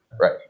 Right